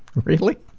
really?